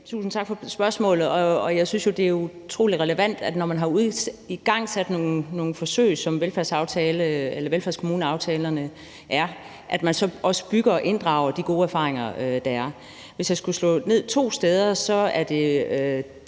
Tusind tak for spørgsmålet. Jeg synes jo, at det er utrolig relevant, at man, når man har igangsat nogle forsøg, som velfærdsaftalerne er, så også bygger på og inddrager de gode erfaringer, der er. Hvis jeg skulle slå ned på to steder, ville jeg